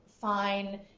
fine